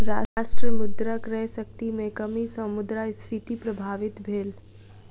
राष्ट्र मुद्रा क्रय शक्ति में कमी सॅ मुद्रास्फीति प्रभावित भेल